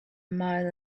mile